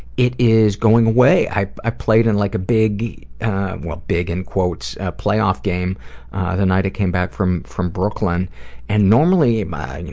it is going away. i i played in like a big well, big in quotes playoff game the night i came back from from brooklyn and normally my, and you